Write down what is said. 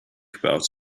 about